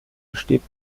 besteht